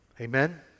Amen